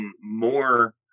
more